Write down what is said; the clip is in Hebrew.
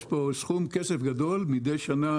יש פה סכום כסף גדול מידי שנה,